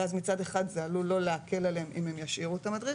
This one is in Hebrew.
ואז מצד אחד זה עלול לא להקל עליהם אם הם ישאירו את המדריך.